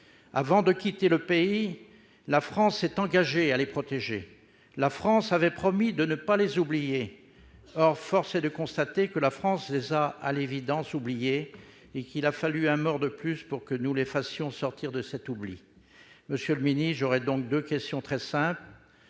Avant de quitter le pays, la France s'était engagée à les protéger. Elle avait promis de ne pas les oublier. Or force est de constater que la France les a, à l'évidence, oubliés. Il a fallu un mort de plus pour que nous les fassions sortir de cet oubli. Monsieur le ministre, je vous poserai donc deux questions très simples.